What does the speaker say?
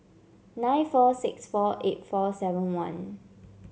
nine four six four eight four seven one